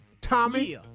Tommy